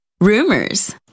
rumors